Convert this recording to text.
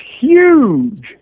huge